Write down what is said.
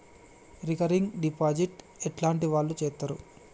Recurring deposit ఎట్లాంటి వాళ్లు చేత్తరు?